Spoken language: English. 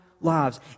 lives